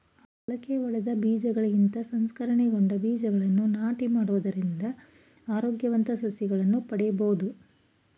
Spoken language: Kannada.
ಮೊಳಕೆಯೊಡೆದ ಬೀಜಗಳಿಗಿಂತ ಸಂಸ್ಕರಣೆಗೊಂಡ ಬೀಜಗಳನ್ನು ನಾಟಿ ಮಾಡುವುದರಿಂದ ಆರೋಗ್ಯವಂತ ಸಸಿಗಳನ್ನು ಪಡೆಯಬೋದು